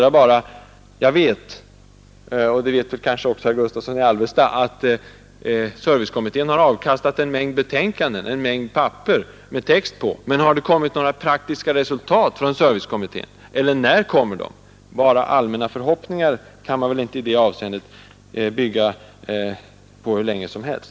Jag vet — och det vet kanske också herr Gustavsson i Alvesta — att servicekommitténs arbete har avkastat en mängd papper med text på, men har det kommit några praktiska resultat från servicekommittén? Eller när kommer de? Bara allmänna förhoppningar kan man inte bygga på hur länge som helst.